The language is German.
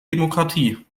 demokratie